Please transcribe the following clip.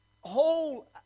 whole